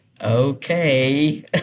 okay